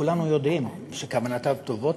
כולנו יודעים שכוונותיו טובות,